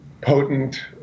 Potent